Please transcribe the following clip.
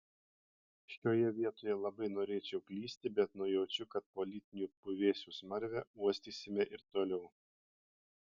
šioje vietoje labai norėčiau klysti bet nujaučiu kad politinių puvėsių smarvę uostysime ir toliau